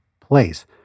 place